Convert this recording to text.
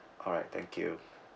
alright thank you